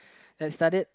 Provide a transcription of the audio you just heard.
had studied